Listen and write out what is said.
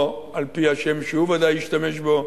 או על-פי השם שהוא בוודאי השתמש בו: